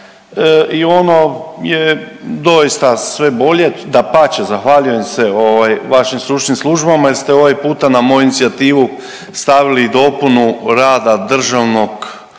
i ono je doista sve bolje. Dapače, zahvaljujem se vašim stručnim službama jer ste ovaj puta na moju inicijativu stavili i dopunu rada Državnog